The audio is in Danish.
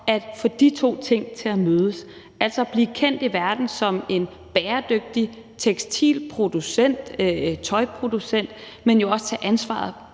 at få de to ting til at mødes, altså at blive kendt i verden som en bæredygtig tekstilproducent, tøjproducent, men jo også at tage ansvaret